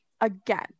again